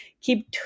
keep